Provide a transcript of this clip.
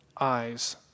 eyes